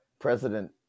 president